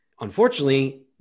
unfortunately